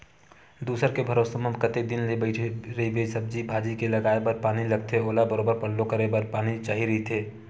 दूसर के भरोसा म कतेक दिन ले बइठे रहिबे, सब्जी भाजी के लगाये बर पानी लगथे ओला बरोबर पल्लो करे बर पानी चाही रहिथे